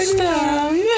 Stop